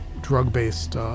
drug-based